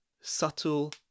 subtle